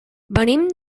venim